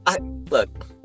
Look